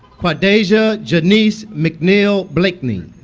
kwai'daija janise mcneil-blakeney